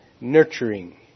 nurturing